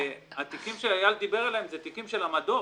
התיקים שאייל דיבר עליהם, זה תיקים של המדור.